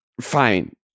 Fine